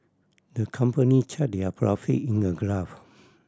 the company charted their profit in a graph